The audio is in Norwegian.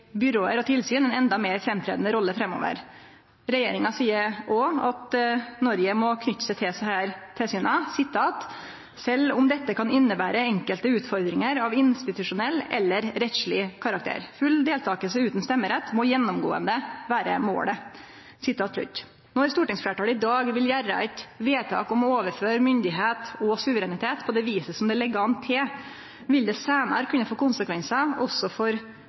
byråer og tilsyn en enda mer fremtredende rolle fremover.» Regjeringa seier også at Noreg må knyte seg til desse tilsyna «selv om dette kan innebære enkelte utfordringer av institusjonell eller rettslig karakter». Og vidare: «Full deltakelse uten stemmerett må gjennomgående være målet.» Når stortingsfleirtalet i dag vil gjere eit vedtak om å overføre myndigheit og suverenitet på det viset som det ligg an til, vil det seinare kunne få konsekvensar også for